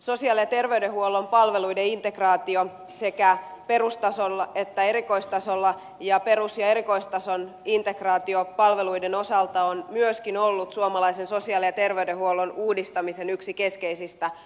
sosiaali ja terveydenhuollon palveluiden integraatio sekä perustasolla että erikoistasolla ja perus ja erikoistason integraatiopalveluiden osalta on myöskin ollut suomalaisen sosiaali ja terveydenhuollon uudistamisen yksi keskeisistä kulmakivistä